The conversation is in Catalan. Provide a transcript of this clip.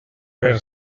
per